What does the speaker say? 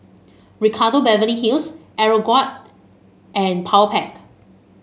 Ricardo Beverly Hills Aeroguard and Powerpac